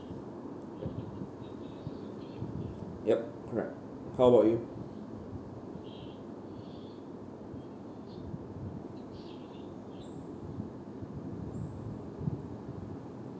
yup correct how about you